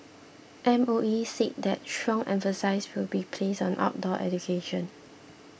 M O E said that strong emphasis will be placed on outdoor education